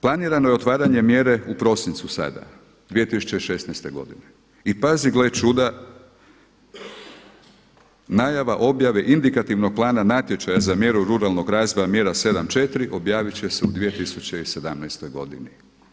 Planirano je otvaranje mjere u prosincu sada 2016. godine i pazi gle čuda najava objave indikativnog plana natječaja za mjeru ruralnog razvoja mjera 7.4. objavit će se u 2017. godini.